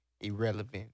irrelevant